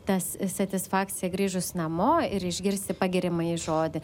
tas satisfakcija grįžus namo ir išgirsi pagiriamąjį žodį